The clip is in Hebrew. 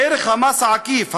ערך המס העקיף,